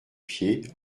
pied